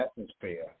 atmosphere